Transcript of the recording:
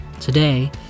Today